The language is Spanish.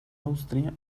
austria